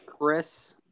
Chris